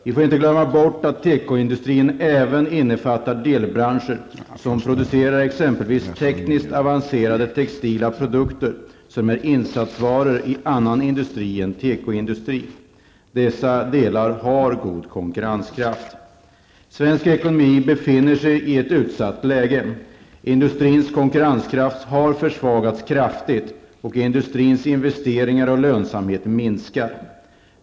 Vi får inte glömma bort att tekoindustrin även innefattar delbranscher som producerar exempelvis tekniskt avancerade textila produkter och som är insatsvaror i annan industri än tekoindustri. Dessa delar har god konkurrenskraft. Svensk ekonomi befinner sig i ett utsatt läge. Industrins konkurrenskraft har försvagats kraftigt, och industrins investeringar och lönsamhet minskar.